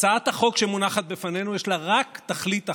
הצעת החוק שמונחת בפנינו, יש לה רק תכלית אחת: